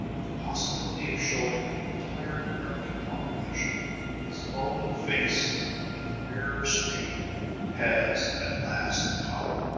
the possibility of showing the entire american population its own face in the mirror screen has at last come.